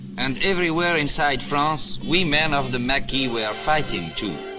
and everywhere inside france, we men of the marquis were fighting too.